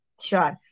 sure